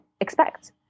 expect